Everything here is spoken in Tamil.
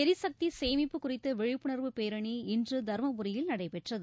எரிசக்தி சேமிப்பு குறித்த விழிப்புணர்வு பேரணி இன்று தர்மபுரியில் நடைபெற்றது